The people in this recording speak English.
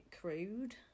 crude